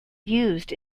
used